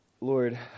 Lord